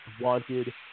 wanted